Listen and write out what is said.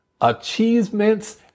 achievements